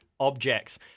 objects